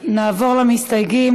נעבור למסתייגים.